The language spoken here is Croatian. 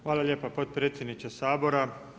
Hvala lijepo potpredsjedniče Sabora.